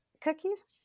cookies